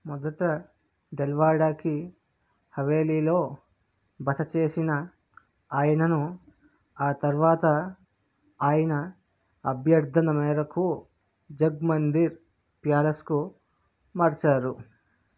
మొదట డెల్వాడాకీ హవేలీలో బస చేసిన ఆయనను తర్వాత ఆయన అభ్యర్థన మేరకు జగ్మందిర్ ప్యాలెస్ కు మార్చారు